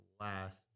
last